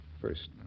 first